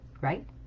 right